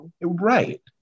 right